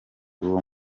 uwo